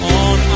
on